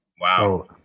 Wow